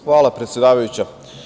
Hvala, predsedavajuća.